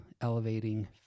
elevating